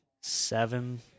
seven